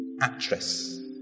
actress